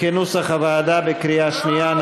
כנוסח הוועדה, בקריאה שנייה.